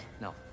No